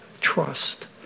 trust